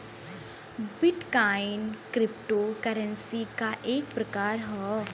bit coin cryptocurrency क एक प्रकार हौ